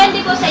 and we will so